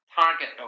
target